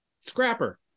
Scrapper